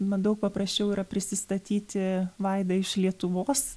man daug paprasčiau yra prisistatyti vaida iš lietuvos